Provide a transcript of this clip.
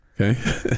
Okay